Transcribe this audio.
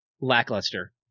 lackluster